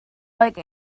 like